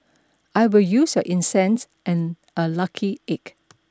I will use your incense and a lucky egg